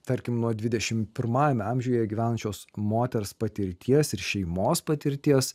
tarkim nuo dvidešimpirmaja amžiuje gyvenančios moters patirties ir šeimos patirties